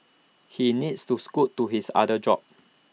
he needs to scoot to his other job